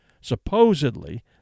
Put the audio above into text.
supposedly